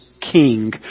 King